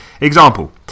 Example